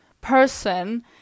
person